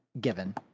Given